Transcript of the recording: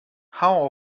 how